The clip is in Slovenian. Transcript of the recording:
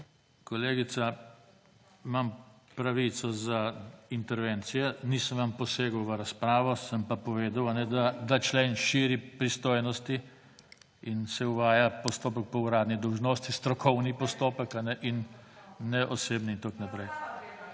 Kolegica, imam pravico za intervencije. Nisem vam posegel v razpravo, sem pa povedal, da člen širi pristojnosti in se uvaja postopek po uradni dolžnosti, strokovni postopek in ne osebni in tako naprej.